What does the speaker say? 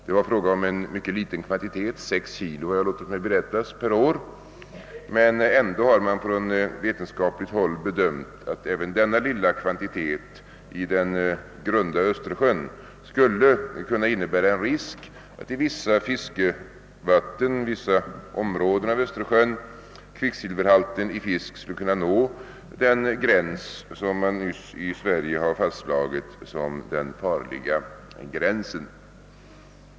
Det rörde sig om en mycket liten kvantitet — 6 kg per år, har jag låtit mig berättas — men ändå har man på vetenskapligt håll ansett att även detta lilla utsläpp i den grunda Östersjön skulle kunna innebära en risk för att i fiskevatten i vissa områden av Östersjön kvicksilverhalten i fisk skulle kunna nå den gräns, som nyligen i Sverige har fastslagits som den farliga gränsen.